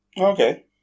Okay